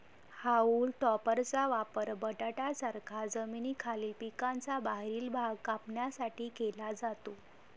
haulm टॉपरचा वापर बटाट्यांसारख्या जमिनीखालील पिकांचा बाहेरील भाग कापण्यासाठी केला जातो